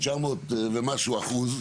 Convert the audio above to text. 900 ומשהו אחוז,